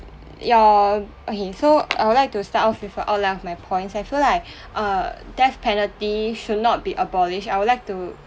your okay so I would like to start off with the outline of my point I feel like err death penalty should not be abolished I would like to